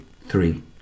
three